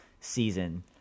season